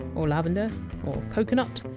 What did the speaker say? or lavender, or coconut.